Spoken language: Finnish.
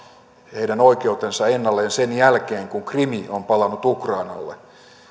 heidän oikeutensa ennalleen sen jälkeen kun krim on palannut ukrainalle